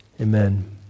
Amen